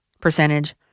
percentage